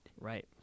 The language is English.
right